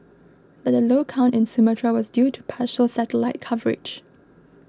but the low count in Sumatra was due to partial satellite coverage